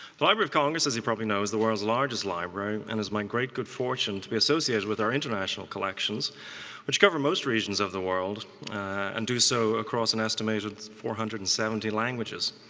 the library of congress, as you probably know, is the world's largest library. and it's my great good fortune to be associated with our international collections which cover most regions of the world and do so across an estimated four hundred and seventy languages.